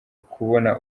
kubona